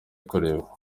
kureba